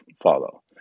follow